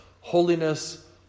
holiness